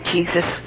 Jesus